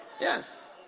Yes